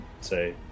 say